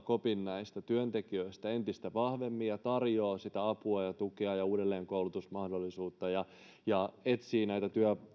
kopin näistä työntekijöistä entistä vahvemmin ja tarjoavat sitä apua ja tukea ja uudelleenkoulutusmahdollisuutta ja ja etsivät näitä